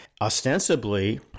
ostensibly—